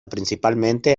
principalmente